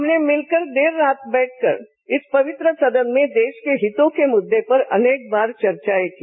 हमने मिलकर देररात बैठकर इस पवित्र सदन में देश के हितों के मुद्दे पर अनेक बार चर्चाएं की